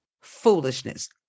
foolishness